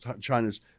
China's